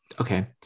okay